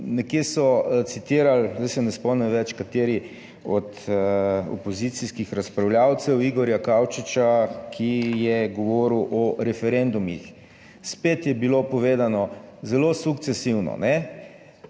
Nekje so citirali, zdaj se ne spomnim več, kateri od opozicijskih razpravljavcev, Igorja Kaučiča, ki je govoril o referendumih. Spet je bilo povedano zelo sukcesivno,